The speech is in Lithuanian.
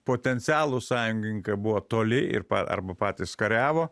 potencialūs sąjungininkai buvo toli ir arba patys kariavo